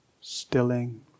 stilling